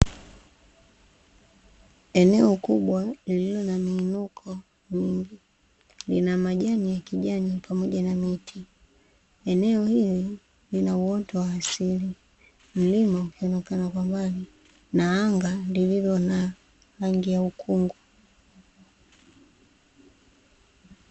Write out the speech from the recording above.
Eneo kubwa lililo na miinuko mingi, lina majani ya kijani pamoja na miti, eneo hili lina uoto wa asili. Mlima ukionekana kwa mbali na anga lililo na rangi ya ukungu.